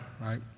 right